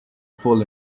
full